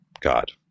God